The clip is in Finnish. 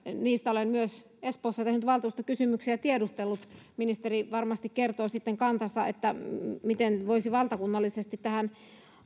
niistä olen myös espoossa tehnyt valtuustokysymyksiä ja tiedustellut ministeri varmasti kertoo sitten kantansa miten voisi valtakunnallisesti tähän